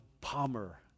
Palmer